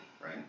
right